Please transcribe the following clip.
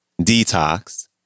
Detox